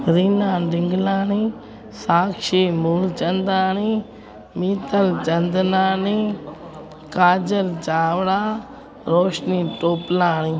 Rina Lingalani Sakshi Moolchandani Meetal Chandlani Kajal Chavda Roshni Toplani